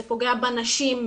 זה פוגע בנשים,